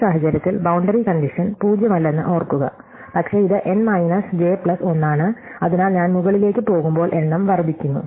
ഈ സാഹചര്യത്തിൽ boundary condition പൂജ്യമല്ലെന്ന് ഓർക്കുക പക്ഷേ ഇത് n മൈനസ് ജെ പ്ലസ് 1 ആണ് അതിനാൽ ഞാൻ മുകളിലേക്ക് പോകുമ്പോൾ എണ്ണം വർദ്ധിക്കുന്നു